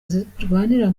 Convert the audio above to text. zirwanira